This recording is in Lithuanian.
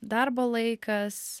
darbo laikas